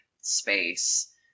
space